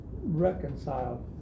reconciled